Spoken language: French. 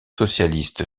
socialiste